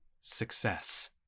success